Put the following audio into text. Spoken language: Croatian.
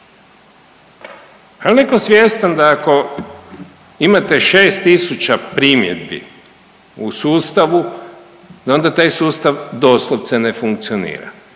li netko svjestan da ako imate 6 primjedbi u sustavu, da onda taj sustav doslovce ne funkcionira.